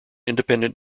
independent